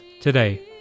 today